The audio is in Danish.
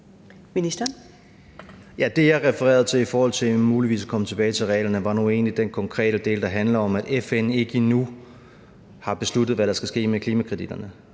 Det, jeg refererede til i forhold til muligvis at komme tilbage til reglerne, var nu egentlig den konkrete del, der handler om, at FN ikke endnu har besluttet, hvad der skal ske med klimakreditterne.